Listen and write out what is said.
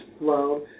loan